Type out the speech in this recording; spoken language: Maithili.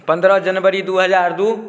पनरह जनवरी दुइ हजार दुइ